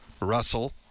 Russell